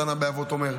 התנא באבות אומר.